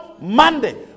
Monday